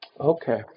Okay